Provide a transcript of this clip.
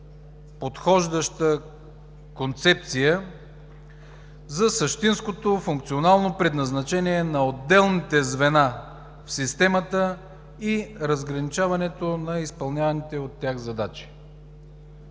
подхождаща концепция за същинското функционално предназначение на отделните звена в системата и разграничаването на изпълняваните от тях задачи.